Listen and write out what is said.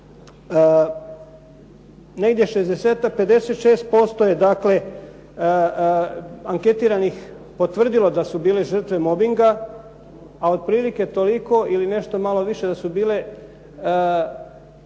56% je dakle anketiranih potvrdilo da su bili žrtve mobinga a otprilike toliko ili nešto malo više da su bile